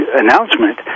announcement